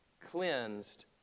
cleansed